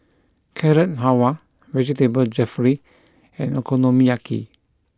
Carrot Halwa Vegetable Jalfrezi and Okonomiyaki